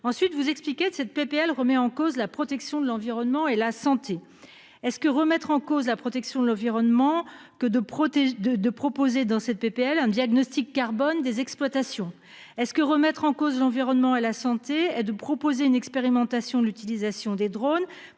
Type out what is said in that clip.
Ensuite vous expliquer de cette PPL remet en cause la protection de l'environnement et la santé. Est-ce que remettre en cause la protection de l'environnement que de protéger de de proposer dans cette PPL un diagnostic carbone des exploitations. Est-ce que remettre en cause l'environnement et la santé et de proposer une expérimentation l'utilisation des drone